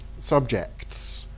subjects